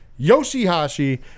Yoshihashi